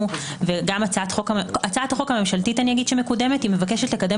הצעת החוק הממשלתית שמקודמת מבקשת לקדם